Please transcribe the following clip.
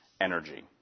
energy